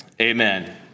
amen